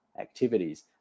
activities